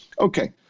Okay